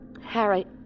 Harry